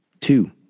Two